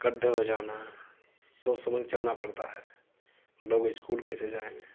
गड्ढे हो जाना सोच समझ के चलना पड़ता है लोग स्कूल कैसे जाएं